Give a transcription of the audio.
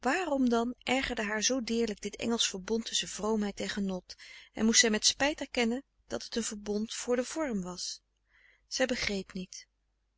waarom dan ergerde haar zoo deerlijk dit engelsch verbond tusschen vroomheid en genot en moest zij frederik van eeden van de koele meren des doods met spijt erkennen dat het een verbond voor den vorm was zij begreep niet